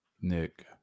Nick